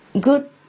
good